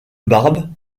barbe